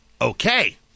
Okay